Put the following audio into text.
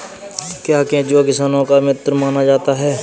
क्या केंचुआ किसानों का मित्र माना जाता है?